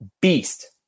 beast